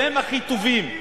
והם הכי טובים,